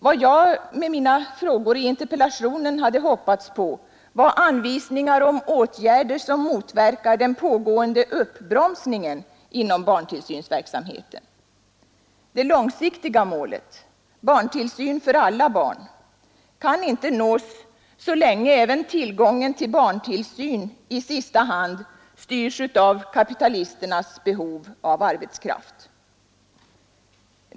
Vad jag med mina frågor i interpellationen hade hoppats på var anvisningar om åtgärder som motverkar den pågående uppbromsningen inom barntillsynsverksamheten. Det långsiktiga målet, barntillsyn för alla barn, kan inte nås så länge även tillgången till barntillsyn i sista hand styrs av kapitalisternas behov av arbetskraft.